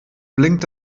blinkt